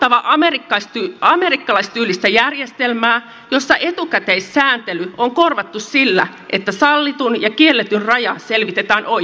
on myös varottava amerikkalaistyylistä järjestelmää jossa etukäteissääntely on korvattu sillä että sallitun ja kielletyn raja selvitetään oikeudessa